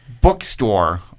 bookstore